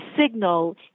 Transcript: signal